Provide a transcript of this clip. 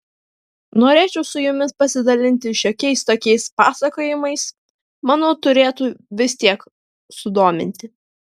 norėčiau su jumis pasidalinti šiokiais tokiais pasakojimais manau turėtų vis tiek sudominti